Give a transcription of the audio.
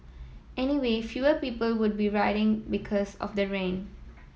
anyway fewer people would be riding because of the rain